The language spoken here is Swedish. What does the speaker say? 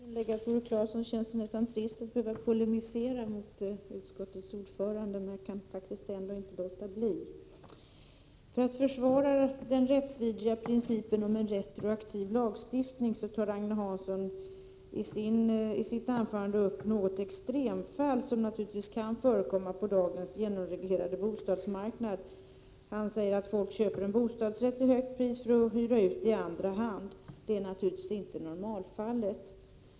Herr talman! Efter inlägget av Tore Claeson känns det nästan trist att behöva polemisera mot utskottets ordförande, men jag kan ändå inte låta bli. För att försvara den rättsvidriga principen om en retroaktiv lagstiftning tar Agne Hansson i sitt anförande upp något extremfall, som naturligtvis kan förekomma på dagens genomreglerade bostadsmarknad. Han säger att folk köper en bostadsrätt till högt pris för att hyra ut i andra hand, men det är naturligtvis inte normalfallet.